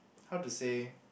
how to say